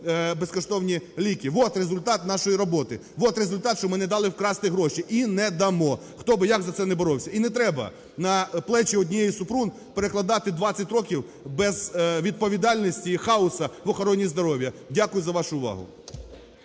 безкоштовні ліки, вот результат нашої роботи, вот результат, що ми не дали вкрасти гроші і не дамо, хто би як за це не боровся. І не треба на плечі однієї Супрун перекладати 20 років безвідповідальності і хауса в охороні здоров'я. Дякую за вашу увагу.